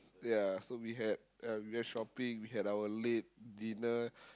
ya so we had uh we went shopping we had our late dinner